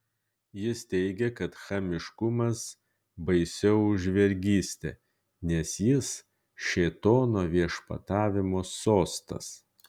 jis teigė kad chamiškumas baisiau už vergystę nes jis šėtono viešpatavimo sostas